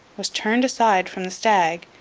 was turned aside from the stag,